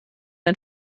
ein